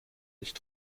nicht